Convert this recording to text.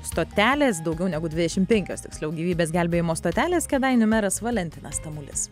stotelės daugiau negu dvidešim penkios tiksliau gyvybės gelbėjimo stotelės kėdainių meras valentinas tamulis